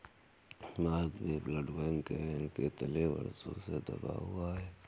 भारत भी world bank के ऋण के तले वर्षों से दबा हुआ है